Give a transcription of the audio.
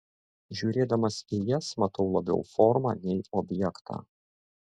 žiūrėdamas į jas matau labiau formą nei objektą